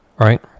right